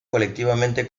colectivamente